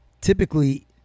typically